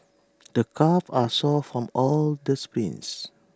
the calves are sore from all the sprints